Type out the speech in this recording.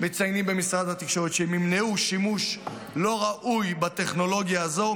מציינים במשרד התקשורת שהם ימנעו שימוש לא ראוי בטכנולוגיה הזו,